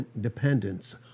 dependence